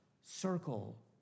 circle